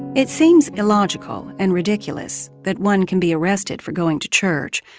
it seems illogical and ridiculous that one can be arrested for going to church.